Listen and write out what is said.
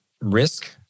risk